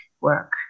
work